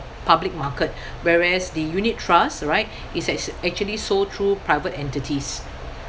public market whereas the unit trust right it's act~ actually sold through private entities